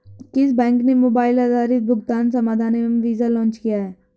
किस बैंक ने मोबाइल आधारित भुगतान समाधान एम वीज़ा लॉन्च किया है?